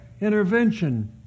intervention